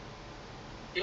I'm not too sure I really don't